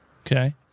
Okay